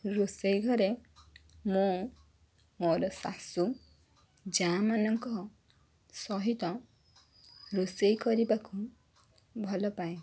ରୋଷେଇ ଘରେ ମୁଁ ମୋର ଶାଶୁ ଯାଆମାନଙ୍କ ସହିତ ରୋଷେଇ କରିବାକୁ ଭଲ ପାଏ